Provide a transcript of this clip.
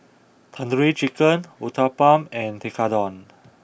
Tandoori Chicken Uthapam and Tekkadon